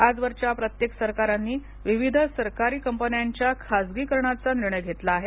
आजवरच्या प्रत्येक सरकारांनी विविध सरकारी कंपन्यांच्या खासगीकरणाचा निर्णय घेतला आहे